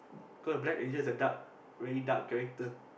cause the black angel is a dark very dark character